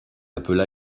appela